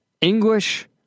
English